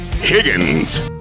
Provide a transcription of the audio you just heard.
Higgins